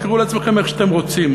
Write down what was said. תקראו לעצמכם איך שאתם רוצים.